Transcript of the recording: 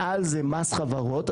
מעל זה חס חברות,